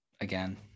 again